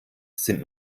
sind